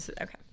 Okay